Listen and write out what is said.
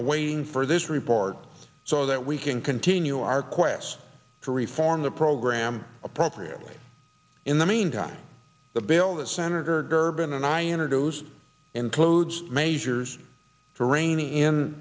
awaiting for this report so that we can continue our quest to reform the program appropriately in the meantime the bill that senator durbin and i entered tuesday includes measures for reinin